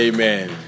Amen